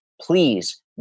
please